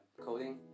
coding